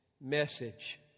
message